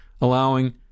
allowing